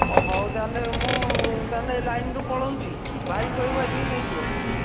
ହଁ ହଉ ତାହେଲେ ମୁଁ ତାହେଲେ ଲାଇନ୍ରୁ ପଳଉଛି ଭାଇକୁ କହିବୁ ଆସିକି ନେଇଯିବ